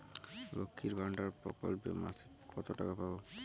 লক্ষ্মীর ভান্ডার প্রকল্পে মাসিক কত টাকা পাব?